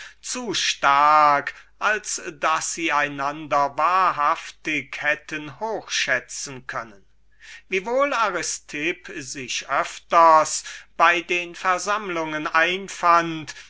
zu stark als daß sie einander wahrhaftig hätten hochschätzen können obgleich aristipp sich öfters bei den versammlungen einfand